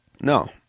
No